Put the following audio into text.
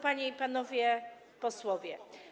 Panie i Panowie Posłowie!